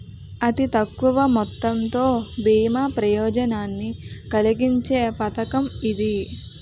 అతి తక్కువ మొత్తంతో బీమా ప్రయోజనాన్ని కలిగించే పథకం ఇది